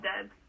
dead